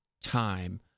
time